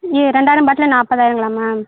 இ ரெண்டாயிரம் பாட்டிலு நாற்பதாயிரங்களா மேம்